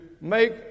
make